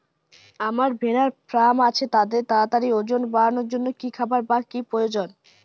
আমার ভেড়ার ফার্ম আছে তাদের তাড়াতাড়ি ওজন বাড়ানোর জন্য কী খাবার বা কী প্রয়োজন?